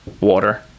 water